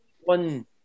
one